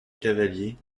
cavaliers